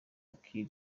kiir